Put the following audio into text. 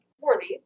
Worthy